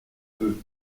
peu